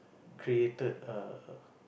created a